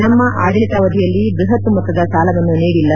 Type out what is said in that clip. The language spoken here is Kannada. ನಮ್ಮ ಆಡಳಿತಾವಧಿಯಲ್ಲಿ ಬೃಹತ್ ಮೊತ್ತದ ಸಾಲವನ್ನು ನೀಡಿಲ್ಲ